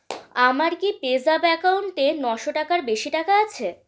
আমার কি পেজ্যাপ অ্যাকাউন্টে নশো টাকার বেশি টাকা আছে